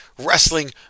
Wrestling